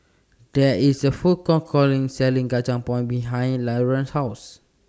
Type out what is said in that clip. There IS A Food Court Selling Kacang Pool behind Laurance's House